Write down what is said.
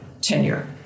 tenure